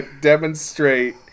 demonstrate